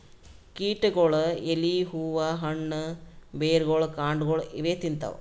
ಕೀಟಗೊಳ್ ಎಲಿ ಹೂವಾ ಹಣ್ಣ್ ಬೆರ್ಗೊಳ್ ಕಾಂಡಾಗೊಳ್ ಇವೇ ತಿಂತವ್